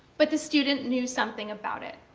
but the student knew something about it.